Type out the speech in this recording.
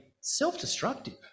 self-destructive